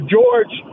George